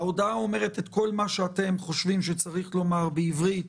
ההודעה אומרת את כל מה שאתם חושבים שצריך לומר בעברית